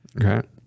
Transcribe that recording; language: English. okay